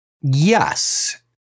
Yes